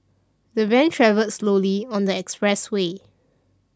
the van travelled slowly on the expressway